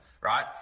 right